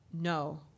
No